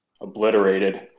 obliterated